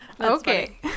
Okay